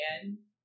again